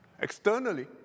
Externally